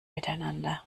miteinander